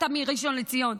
אתה מראשון לציון,